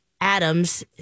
Adams